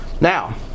Now